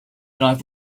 knife